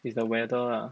it's the weather ah